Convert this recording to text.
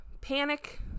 panic